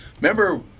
Remember